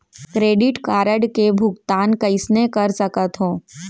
Credit card के भुगतान कईसने कर सकथो?